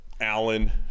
Allen